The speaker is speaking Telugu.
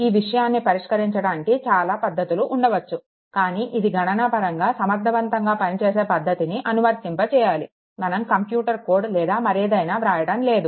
ఈ విషయాన్ని పరిష్కరించడానికి చాలా పద్ధతులు ఉండవచ్చు కానీ ఇది గణన పరంగా సమర్థవంతంగా పనిచేసే పద్దతిని అనువర్తింపచేయాలి మనం కంప్యూటర్ కోడ్ లేదా మరేదైనా వ్రాయటం లేదు